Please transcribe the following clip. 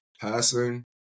Passing